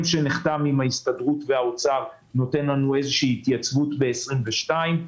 שנחתם עם ההסתדרות והאוצר נותן לנו איזו התייצבות ב-2022.